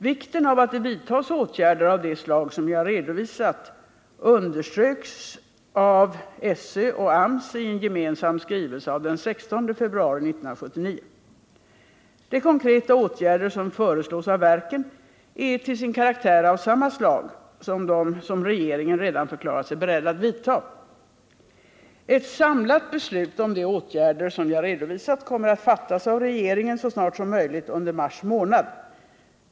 Vikten av att det vidtas åtgärder av det slag som jag redovisat understryks av SÖ och AMS i en gemensam skrivelse av den 16 februari 1979. De konkreta åtgärder som föreslås av verken är till sin karaktär av samma slag som de regeringen redan förklarat sig beredd att vidta. Ett samlat beslut om de åtgärder som jag redovisat kommer att fattas av regeringen så snart som möjligt under mars månad.